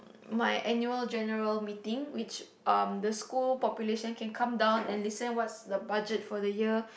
my annual general meeting which um the school population can come down and listen what's the budget for the year